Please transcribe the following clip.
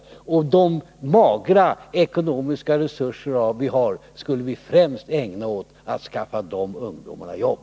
De magra ekonomiska resurser vi har skulle vi främst ägna åt att skaffa dessa ungdomar jobb.